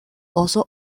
also